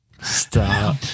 Stop